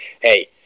hey